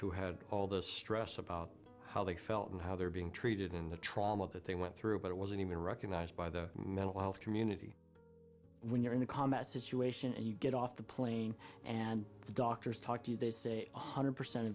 who had all the stress about how they felt and how they're being treated in the trauma that they went through but it wasn't even recognized by the mental health community when you're in a combat situation and you get off the plane and the doctors talk to you they say one hundred percent of